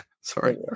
Sorry